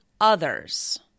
others